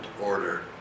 order